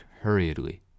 hurriedly